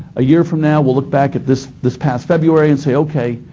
a year from now we'll look back at this this past february and say, okay,